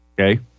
Okay